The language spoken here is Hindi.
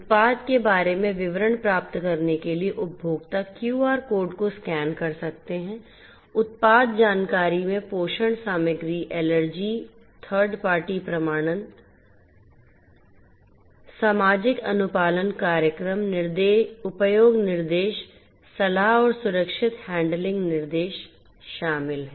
उत्पाद के बारे में विवरण प्राप्त करने के लिए उपभोक्ता क्यूआर कोड को स्कैन कर सकते हैं उत्पाद जानकारी में पोषण सामग्री एलर्जी थर्ड पार्टी प्रमाणन सामाजिक अनुपालन कार्यक्रम उपयोग निर्देश सलाह और सुरक्षित हैंडलिंग निर्देश शामिल हैं